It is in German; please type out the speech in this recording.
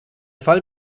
fall